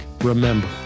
remember